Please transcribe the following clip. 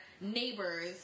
Neighbors